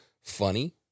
funny